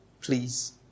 please